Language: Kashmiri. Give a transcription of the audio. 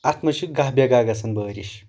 اتھ منٛز چھِ گاہ بےٚ گاہ گژھان بٲرِش